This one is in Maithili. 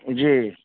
जी